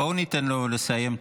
בואו ניתן לו לסיים.